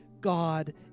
God